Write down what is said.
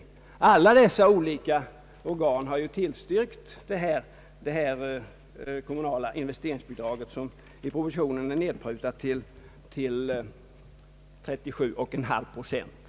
Alla dessa olika organ har tillstyrkt ett kommunalt investeringsbidrag på 50 procent. I propositionen föreslås 37,5 pro Cent.